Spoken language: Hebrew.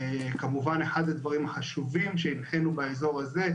אחד הדברים החשובים שהבחינו באזור הזה,